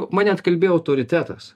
mane atkalbėjo autoritetas